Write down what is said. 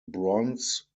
bronze